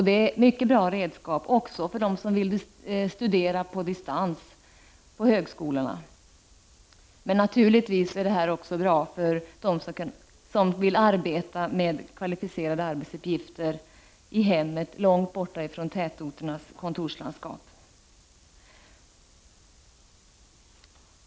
Det är ett mycket bra redskap också för dem som vill studera på distans på högskolorna, men det är naturligtvis också bra för dem som vill arbeta med kvalificerade arbetsuppgifter i hemmet, långt borta från tätorternas kontorslandskap.